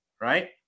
right